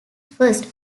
first